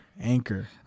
anchor